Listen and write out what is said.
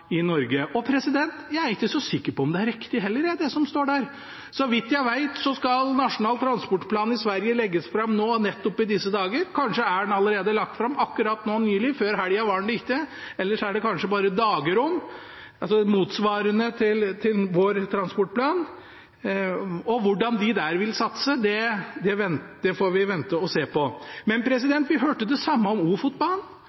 i Norge! Jeg er heller ikke så sikker på om det som står der, er riktig. Så vidt jeg vet, skal den nasjonale transportplanen i Sverige legges fram nettopp nå i disse dager. Kanskje er den lagt fram akkurat nå nylig – før helgen var den det ikke, det er kanskje bare dager til. Den motsvarer vår transportplan. Hvordan de vil satse der, får vi vente og se. Vi hørte det samme om Ofotbanen. I Nasjonal transportplan sto det at det ikke var nødvendig å